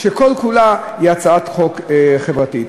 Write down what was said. שכל-כולה הצעת חוק חברתית.